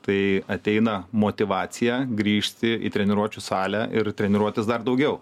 tai ateina motyvacija grįžti į treniruočių salę ir treniruotis dar daugiau